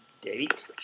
Date